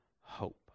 hope